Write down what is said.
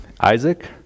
Isaac